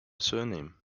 surname